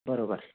बरोबर